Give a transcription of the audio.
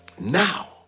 Now